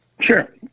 Sure